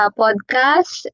podcast